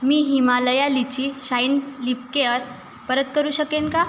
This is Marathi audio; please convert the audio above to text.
मी Himalaya litchi shine lip care परत करू शकेन का